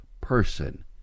person